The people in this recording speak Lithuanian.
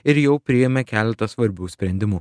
ir jau priėmė keletą svarbių sprendimų